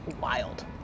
wild